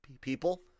people